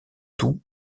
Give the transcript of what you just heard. tout